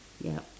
yup